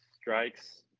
strikes